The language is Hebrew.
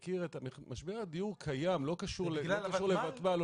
משבר הדיור קיים וזה לא קשור לוותמ"ל או